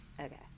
Okay